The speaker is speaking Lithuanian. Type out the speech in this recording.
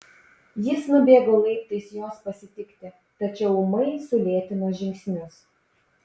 jis nubėgo laiptais jos pasitikti tačiau ūmai sulėtino žingsnius